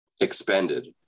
expanded